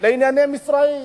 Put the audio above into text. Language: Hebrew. לענייני מצרים,